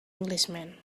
englishman